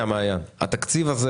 התקציב הזה